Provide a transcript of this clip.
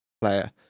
player